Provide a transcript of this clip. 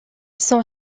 son